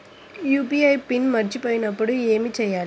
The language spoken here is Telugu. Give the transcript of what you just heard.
యూ.పీ.ఐ పిన్ మరచిపోయినప్పుడు ఏమి చేయాలి?